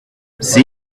see